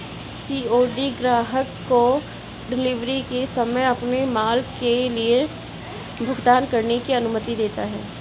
COD ग्राहक को delivery के समय अपने माल के लिए भुगतान करने की अनुमति देता है